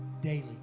daily